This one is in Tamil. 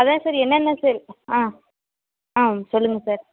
அதான் சார் என்னென்ன சார் ஆ ஆ சொல்லுங்கள் சார்